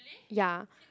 ya